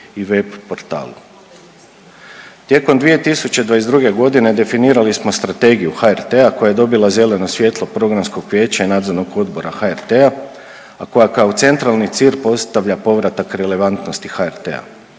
i web portalu. Tijekom 2022. godine definirali smo strategiju HRT-a koja je dobila zeleno svjetlo programskog vijeća i nadzornog odbora HRT-a, a koja kao centralni cilj postavlja povratak relevantnosti HRT-a.